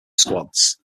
squads